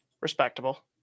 respectable